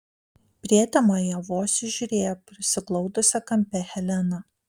prietemoje vos įžiūrėjo prisiglaudusią kampe heleną